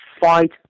fight